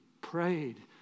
prayed